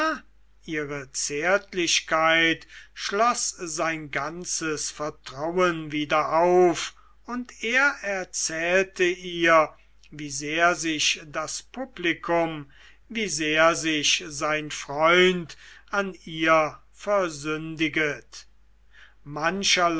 ihre zärtlichkeit schloß sein ganzes vertrauen wieder auf und er erzählte ihr wie sehr sich das publikum wie sehr sich sein freund an ihr versündiget mancherlei